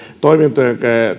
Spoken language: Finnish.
toimintojen